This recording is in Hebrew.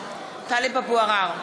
טלב אבו עראר,